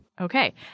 Okay